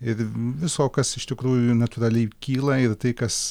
ir viso kas iš tikrųjų natūraliai kyla ir tai kas